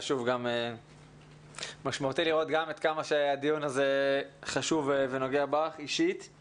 ושוב משמעותי לראות עד כמה שהדיון הזה חשוב ונוגע בך אישית.